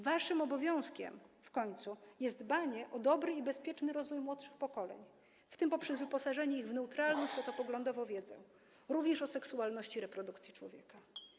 Waszym obowiązkiem w końcu jest dbanie o dobry i bezpieczny rozwój młodszych pokoleń, w tym poprzez wyposażenie ich w neutralną światopoglądowo wiedzę, również o seksualności i reprodukcji człowieka.